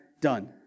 done